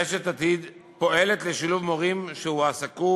רשת "עתיד" פועלת לשילוב מורים שהועסקו